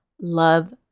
love